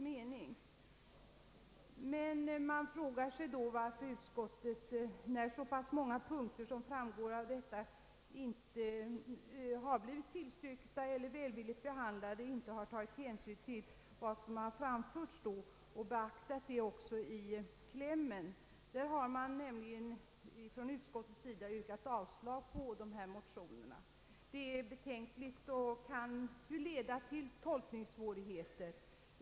Men man frågar sig, varför inte utskottet ansett sig kunna beakta de synpunkter som framförts i motionerna och tagit hänsyn därtill även i sin kläm. Utskottet har nämligen i klämmen yrkat avslag på motionerna. Detta är betänkligt och kan leda till tolkningssvårigheter.